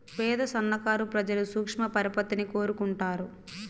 పేద సన్నకారు ప్రజలు సూక్ష్మ పరపతిని కోరుకుంటారు